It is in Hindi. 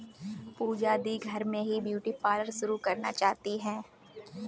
पूजा दी घर में ही ब्यूटी पार्लर शुरू करना चाहती है